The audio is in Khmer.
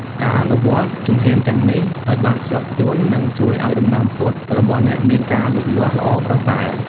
ការអនុវត្តជំហានទាំងនេះឱ្យបានខ្ជាប់ខ្ជួននឹងជួយឱ្យដំណាំពោតរបស់អ្នកមានការលូតលាស់ល្អប្រសើរ។